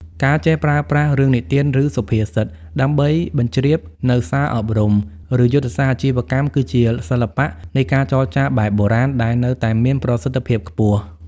ការចេះប្រើប្រាស់ "រឿងនិទាន ឬសុភាសិត" ដើម្បីបញ្ជ្រាបនូវសារអប់រំ ឬយុទ្ធសាស្ត្រអាជីវកម្ម គឺជាសិល្បៈនៃការចរចាបែបបុរាណដែលនៅតែមានប្រសិទ្ធភាពខ្ពស់។